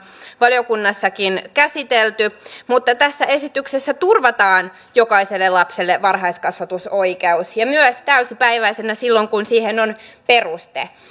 valiokunnassakin käsitelty mutta tässä esityksessä turvataan jokaiselle lapselle varhaiskasvatusoikeus ja myös täysipäiväisenä silloin kun siihen on peruste